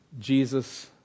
Jesus